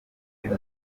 undi